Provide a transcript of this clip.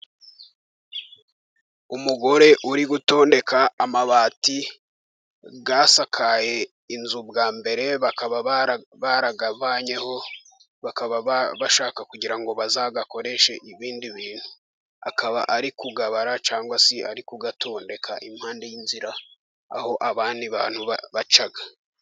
Umugore uri gutondeka amabati yasakaye inzu bwa mbere, bakaba barayavanyeho, bakaba bashaka kugira ngo bazayakoreshe ibindi bintu. Akaba ari kuyabara cyangwa se ari kuyatondeka impande y'inzira aho abandi bantu bacaga.